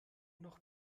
noch